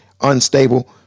unstable